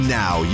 now